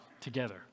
together